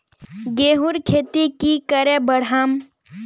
गेंहू खेती की करे बढ़ाम?